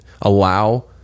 allow